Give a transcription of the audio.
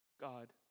God